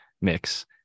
mix